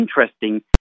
interesting